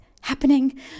happening